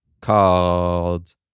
called